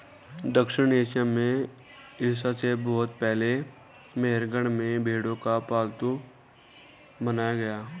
दक्षिण एशिया में ईसा से बहुत पहले मेहरगढ़ में भेंड़ों को पालतू बनाया गया